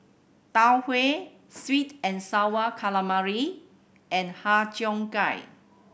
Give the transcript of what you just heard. Tau Huay sweet and Sour Calamari and Har Cheong Gai